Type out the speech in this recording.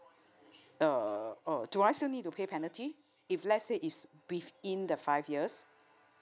uh uh do I still need to pay penalty if let say is beef in the five years